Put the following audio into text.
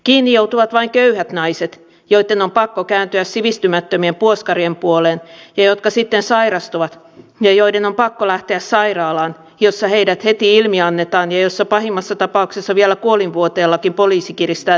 kiinni joutuvat vain köyhät naiset joitten on pakko kääntyä sivistymättömien puoskarien puoleen ja jotka sitten sairastuvat ja joiden on pakko lähteä sairaalaan jossa heidät heti ilmiannetaan ja jossa pahimmassa tapauksessa vielä kuolinvuoteellakin poliisi kiristää tietoja